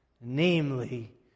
namely